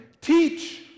teach